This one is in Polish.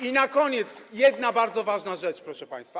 I na koniec jedna bardzo ważna rzecz, proszę państwa.